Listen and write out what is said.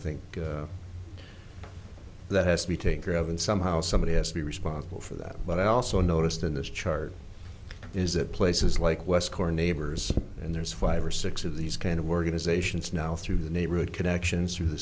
think that has to be taken care of and somehow somebody has to be responsible for that but i also noticed in this chart is that places like west corner neighbors and there's five or six of these kind of working as asians now through the neighborhood connections through the